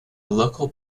local